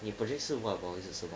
你 project 是 what about 是什么